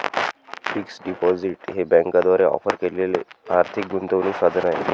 fixed deposit हे बँकांद्वारे offer केलेले आर्थिक गुंतवणूक साधन आहे